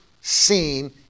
seen